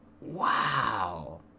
wow